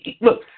Look